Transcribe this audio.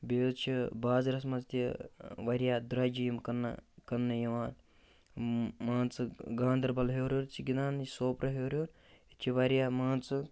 بیٚیہِ حظ چھِ بازرَس منٛز تہِ واریاہ درٛوجہِ یِم کٕنہٕ کٕنٛنہٕ یِوان مان ژٕ گاندَربَل ہیوٚر ہیوٚر چھِ گِنٛدان یہِ سوپرٕ ہیوٚر ہیوٚر ییٚتہِ چھِ واریاہ مان ژٕ